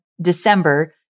December